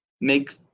make